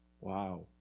Wow